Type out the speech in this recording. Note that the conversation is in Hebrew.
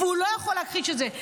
הוא לא יכול להכחיש את זה.